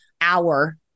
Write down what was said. hour